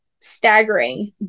staggering